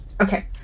Okay